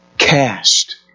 Cast